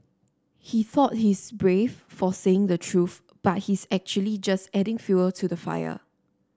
he thought he's brave for saying the truth but he's actually just adding fuel to the fire